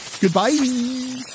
goodbye